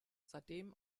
seitdem